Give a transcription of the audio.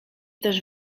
też